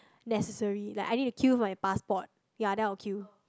necessary like I need to queue for my passport ya then I will queue